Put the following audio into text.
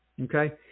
Okay